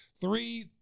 Three